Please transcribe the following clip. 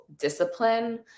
discipline